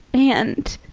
and